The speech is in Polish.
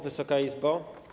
Wysoka Izbo!